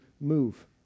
move